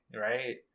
right